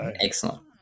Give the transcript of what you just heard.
Excellent